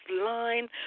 line